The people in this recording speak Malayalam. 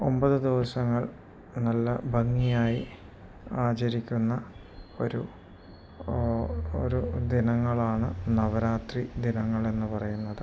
ഒമ്പതു ദിവസങ്ങൾ നല്ല ഭംഗിയായി ആചരിക്കുന്ന ഒരു ഒരു ദിനങ്ങളാണു നവരാത്രി ദിനങ്ങളെന്നു പറയുന്നത്